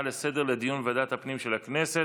לסדר-היום לדיון בוועדת הפנים של הכנסת.